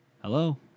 Hello